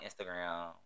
Instagram